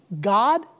God